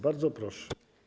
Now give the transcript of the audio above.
Bardzo proszę.